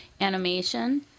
Animation